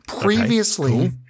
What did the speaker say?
Previously